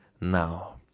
now